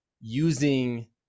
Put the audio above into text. using